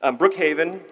um brookhaven,